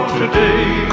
today